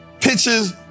pictures